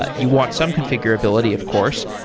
but you want some configurability of course,